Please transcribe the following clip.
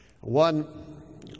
One